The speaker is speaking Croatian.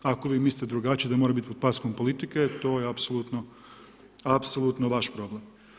Ako vi mislite drugačije, da mora biti pod paskom politike, to je apsolutno vaš problem.